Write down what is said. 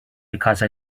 because